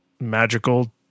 magical